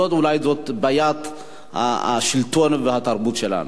זאת אולי בעיית השלטון והתרבות שלנו.